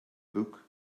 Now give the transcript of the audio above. book